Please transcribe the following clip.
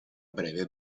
breve